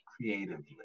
creatively